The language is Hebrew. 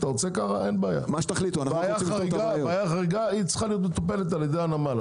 הבעיה חריגה - צריכה להיות מטופלת על ידי הנמל.